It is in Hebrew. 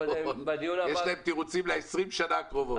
יש להם תירוצים ל-20 השנים הקרובות.